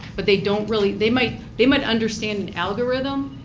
but they don't really they might they might understand and algorithm,